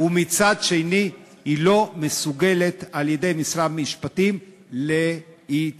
ומצד שני היא לא מסוגלת על-ידי משרד המשפטים להתקדם.